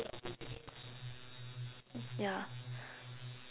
ya